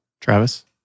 Travis